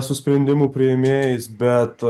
su sprendimų priėmėjais bet